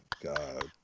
God